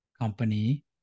company